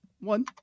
One